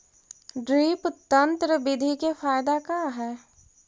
Drip तन्त्र बिधि के फायदा का है?